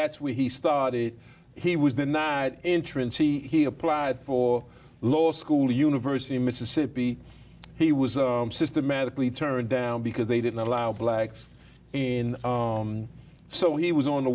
that's where he started he was denied entrance he applied for law school university in mississippi he was systematically turned down because they didn't allow blacks in so he was on the